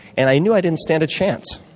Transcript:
and i knew i didn't stand a chance.